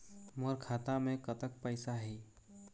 मोर खाता मे कतक पैसा हे?